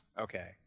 Okay